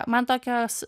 man tokios